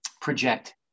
project